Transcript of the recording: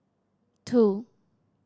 two